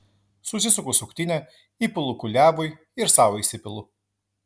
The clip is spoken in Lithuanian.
susisuku suktinę įpilu kuliavui ir sau įsipilu